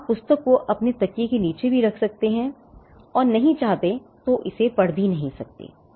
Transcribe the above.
आप पुस्तक को अपने तकिए के नीचे भी रख सकते हैं और नहीं चाहते तो इसे पढ़ भी नहीं सकते हैं